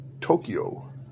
Tokyo